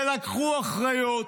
ולקחו אחריות,